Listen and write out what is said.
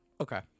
Okay